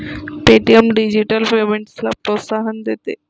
Paytm digital पेमेंट्सला प्रोत्साहन देते